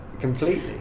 completely